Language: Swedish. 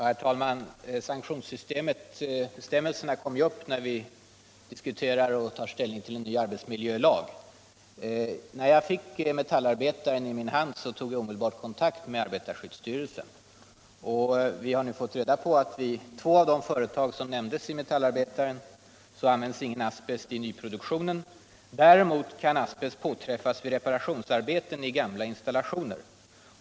Herr talman! Sanktionsbestämmelserna kommer upp när vi diskuterar och tar ställning till en ny arbetsmiljölag. När jag fick Metallarbetaren i min hand tog jag omedelbart kontakt med arbetarskyddsstyrelsen. Vi har nu fått reda på att vid två av de företag som nämnts i Metallarbetaren används ingen asbest i nyproduktionen. Däremot kan asbest påträffas vid reparationsarbeten i gamla installationer.